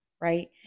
right